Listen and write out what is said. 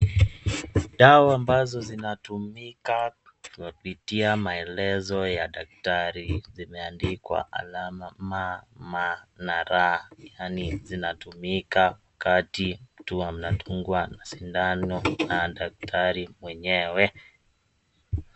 Dawa ambazo zinatumika kupitia maelezo ya daktari, zimeandikwa alama ma, ma na ra. Yaani zinatumika wakati mtu anadungwa sindano na daktari mwenyewe.